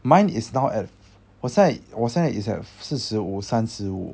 mine is now at 我现在我现在 is at 四十五三十五